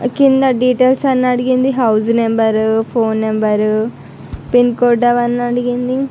కింద డీటెయిల్స్ అని అడిగింది house number phone number pincode అవన్నీ అడిగింది